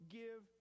give